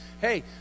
hey